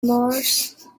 mars